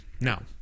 Now